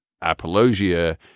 apologia